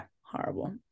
horrible